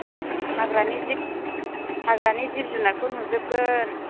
हा हाग्रानि जिब हाग्रानि जिब जुनारखौ नुजोबगोन